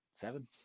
Seven